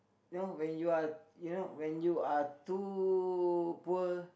know when you are you know when you are too poor